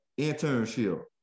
internship